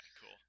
cool